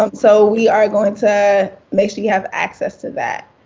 um so we are going to make sure you have access to that.